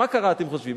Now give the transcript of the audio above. מה קרה, אתם חושבים?